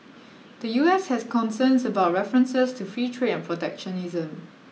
the U S has concerns about references to free trade and protectionism